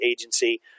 agency